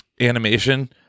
animation